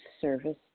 service